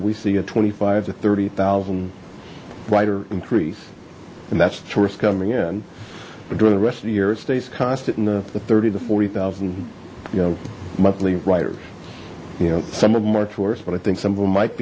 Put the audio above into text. we see a twenty five to thirty thousand rider increase and that's the tourists coming in but during the rest of the year it stays constant in the thirty to forty thousand you know monthly writers you know some of them are tourists but i think some of them might